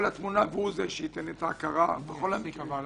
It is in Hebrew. התמונה והוא זה שייתן את ההכרה בכל המקרים,